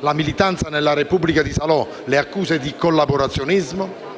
la militanza nella Repubblica di Salò e le accuse di collaborazionismo.